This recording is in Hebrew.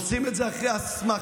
עושים את זה אחרי הסמכה.